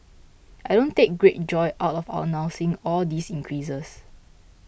I don't take great joy out of announcing all these increases